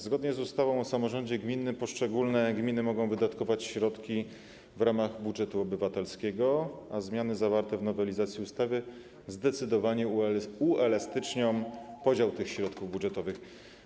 Zgodnie z ustawą o samorządzie gminnym poszczególne gminy mogą wydatkować środki w ramach budżetu obywatelskiego, a zmiany zawarte w nowelizacji ustawy zdecydowanie uelastycznią podział tych środków budżetowych.